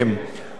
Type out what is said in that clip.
אדוני היושב-ראש,